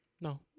no